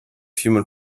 human